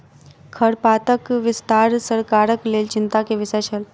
खरपातक विस्तार सरकारक लेल चिंता के विषय छल